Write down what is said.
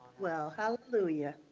well, hallelujah.